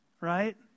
right